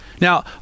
Now